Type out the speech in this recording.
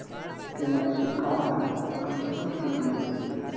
KYC का है, और कैसे कर सकली हे?